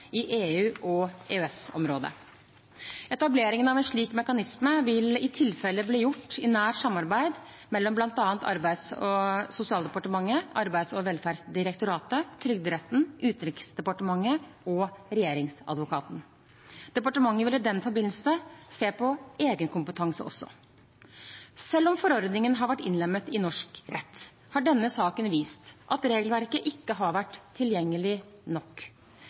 i EU og EØS-området. Etablering av en slik mekanisme vil i tilfelle bli gjort i nært samarbeid mellom bl.a. Arbeids- og sosialdepartementet, Arbeids- og velferdsdirektoratet, Trygderetten, Utenriksdepartementet og Regjeringsadvokaten. Departementet vil i den forbindelse også se på egen kompetanse. Selv om forordningen har vært innlemmet i norsk rett, har denne saken vist at regelverket ikke har vært tilgjengelig nok.